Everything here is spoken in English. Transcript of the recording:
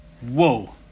Whoa